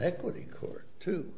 equity court to